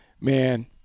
man